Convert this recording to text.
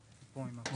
אין בו ניקוטין?